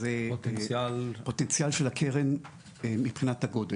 פוטנציאל של הקרן מבחינת הגודל.